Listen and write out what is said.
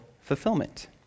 fulfillment